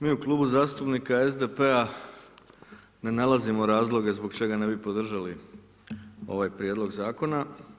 Mi u Klubu zastupnika SDP-a ne nalazimo razloge zbog čega ne bi podržali ovaj prijedlog zakona.